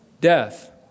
Death